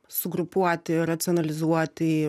sugrupuoti racionalizuoti